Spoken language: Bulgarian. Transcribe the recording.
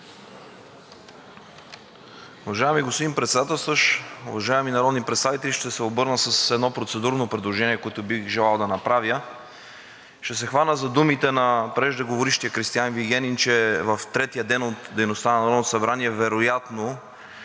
Уважаеми господин Председателстващ, уважаеми народни представители! Ще се обърна с процедурно предложение, което бих желал да направя. Ще се хвана за думите на преждеговорившия Кристиан Вигенин, че в третия ден от дейността на Народното събрание вероятно